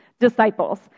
disciples